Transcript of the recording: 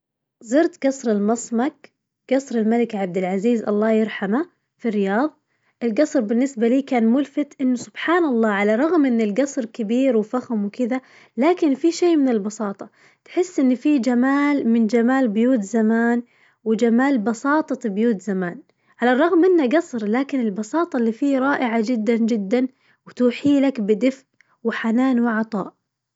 زرت قصر المصمك قصر الملك عبدالعزيز الله يرحمه في الرياظ، القصر بالنسبة لي كان ملفت إنه سبحان الله على رغم إن القصر كبير وفخم وكذا لكن في شي من البساطة، تحس إن فيه جمال من جمال بيوت زمان وجمال بساطة بيوت زمان، على الرغم إنه قصر لكن البساطة اللي فيه رائعة جداً جداً وتوحيلك بدفئ وحنان وعطاء.